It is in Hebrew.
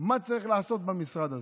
מה צריך לעשות במשרד הזה,